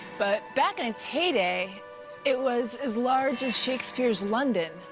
but back in its heyday it was as large as shakespeare's london,